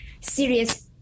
serious